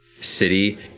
city